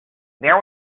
there